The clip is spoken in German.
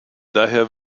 daher